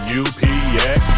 upx